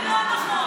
זאת המדינה שלו.